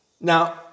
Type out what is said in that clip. Now